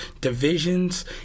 divisions